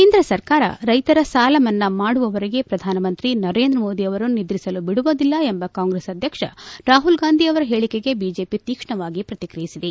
ಕೇಂದ್ರ ಸರ್ಕಾರ ರೈತರ ಸಾಲ ಮನ್ನಾ ಮಾಡುವವರೆಗೆ ಶ್ರಧಾನಮಂತ್ರಿ ನರೇಂದ್ರ ಮೋದಿ ಅವರನ್ನು ನಿದ್ರಿಸಲು ಬಿಡುವುದಿಲ್ಲ ಎಂಬ ಕಾಂಗ್ರೆಸ್ ಅಧ್ಯಕ್ಷ ರಾಹುಲ್ ಗಾಂಧಿ ಅವರ ಹೇಳಿಕೆಗೆ ಬಿಜೆಪಿ ತೀಕ್ಷ್ಣವಾಗಿ ಪ್ರತಿಕ್ರಿಯಿಸಿದೆ